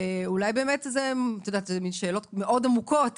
אלה שאלות מאוד עמוקות